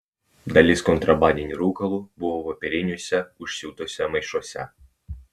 dalis kontrabandinių rūkalų buvo popieriniuose užsiūtuose maišuose